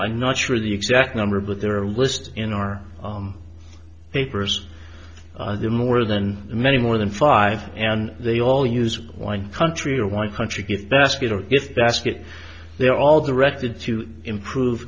i'm not sure the exact number but there are list in our papers there are more than many more than five and they all use one country or one country gift basket or gift basket they are all directed to improve